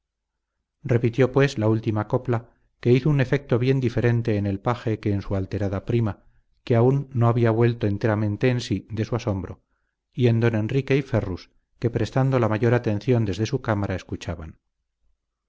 repitió pues la última copla que hizo un efecto bien diferente en el paje que en su alterada prima que aún no había vuelto enteramente en sí de su asombro y en don enrique y ferrus que prestando la mayor atención desde su cámara escuchaban